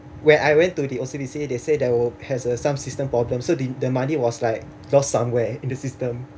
when I went to the O_C_B_C they say there were has a some system problem so they the money was like lost somewhere in the system